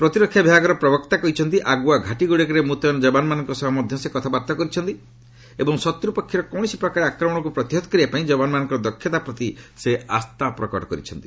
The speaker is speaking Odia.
ପ୍ରତିରକ୍ଷା ବିଭାଗର ପ୍ରବକ୍ତା କହିଛନ୍ତି ଆଗୁଆ ଘାଟିଗୁଡ଼ିକରେ ମୁତୟନ ଯବାନମାନଙ୍କ ସହ ମଧ୍ୟ ସେ କଥାବାର୍ତ୍ତା କରିଛନ୍ତି ଏବଂ ଶତ୍ର ପକ୍ଷର କୌଣସି ପ୍ରକାର ଆକ୍ରମଣକୁ ପ୍ରତିହତ କରିବା ପାଇଁ ଯବାନମାନଙ୍କର ଦକ୍ଷତାପ୍ରତି ସେ ଆସ୍ଥା ପ୍ରକଟ କରିଛନ୍ତି